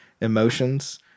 emotions